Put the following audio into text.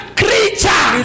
creature